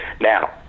now